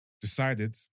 decided